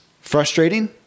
frustrating